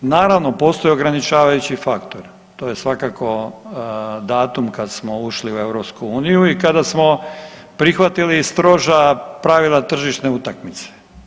Naravno postoji ograničavajući faktor, to je svakako datum kad smo ušli u EU i kada smo prihvatili stroža pravila tržišne utakmice.